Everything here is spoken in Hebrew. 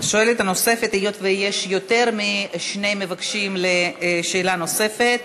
היות שיש יותר משני מבקשים לשאלה נוספת,